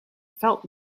felt